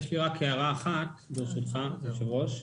הערה אחת, ברשותך היושב ראש.